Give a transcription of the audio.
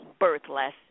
birthless